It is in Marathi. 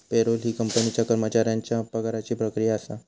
पेरोल ही कंपनीच्या कर्मचाऱ्यांच्या पगाराची प्रक्रिया असा